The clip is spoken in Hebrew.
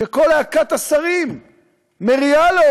כשכל להקת השרים מריעה לו